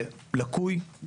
לקוי,